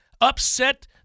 upset